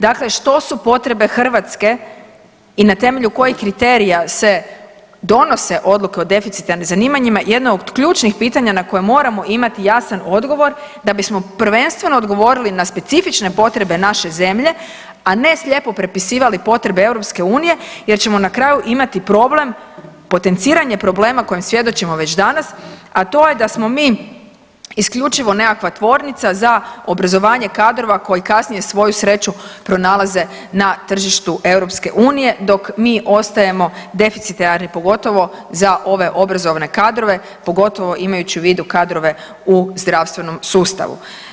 Dakle, što su potrebe Hrvatske i na temelju kojih kriterija se donose odluke o deficitarnim zanimanjima, jedna od ključnih pitanja na koja moramo imati jasan odgovor da bismo prvenstveno odgovorili na specifične potrebe naše zemlje, a ne slijepo prepisivali potrebe EU jer ćemo na kraju imati problem potenciranje problema kojem svjedočimo već danas, a to je da smo mi isključivo nekakva tvornica za obrazovanje kadrova koji kasnije svoju sreću pronalaze na tržištu EU dok mi ostajemo deficitarni pogotovo za ove obrazovne kadrove pogotovo imajući u vidu kadrove u zdravstvenom sustavu.